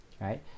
right